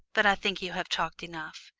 but i think you have talked enough.